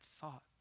thought